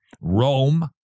Rome